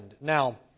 Now